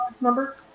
number